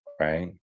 right